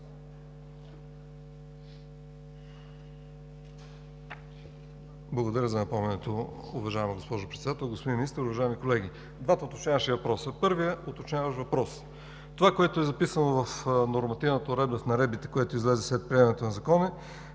Благодаря за напомнянето, уважаема госпожо Председател. Господин Министър, уважаеми колеги! Двата уточняващи въпроса: първият уточняващ въпрос – това, което е записано в нормативната уредба и в наредбите, което излезе след приемането на Закона,